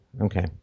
Okay